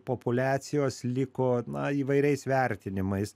populiacijos liko na įvairiais vertinimais